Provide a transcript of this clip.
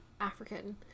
african